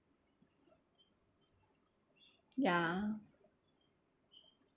ya